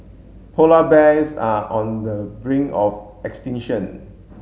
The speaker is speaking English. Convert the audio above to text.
polar bears are on the brink of extinction